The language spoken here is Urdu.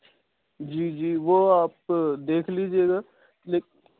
جی جی وہ آپ دیکھ لیجیے گا